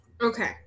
okay